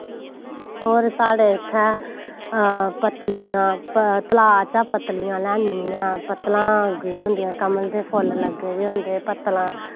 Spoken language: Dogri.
होर साढ़े इत्थें पत्तसियां तलाऽ चा पत्तलियां लेआननियां पत्तलां उग्गी दियां होंदियां कमल दे फुल्ल लग्गे दे होंदे पत्तलां